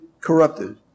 corrupted